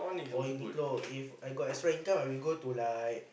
or Uniqlo If I got extra income I would go to like